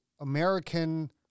American